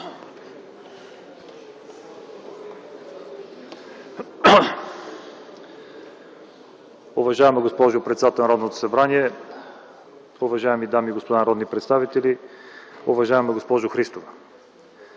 Уважаема госпожо председател на Народното събрание, уважаеми дами и господа народни представители, уважаема госпожо Христова!